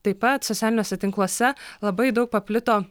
taip pat socialiniuose tinkluose labai daug paplito